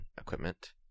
equipment